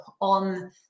on